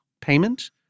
payment –